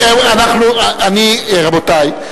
רבותי,